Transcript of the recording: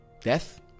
death